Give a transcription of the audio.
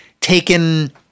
taken